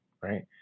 right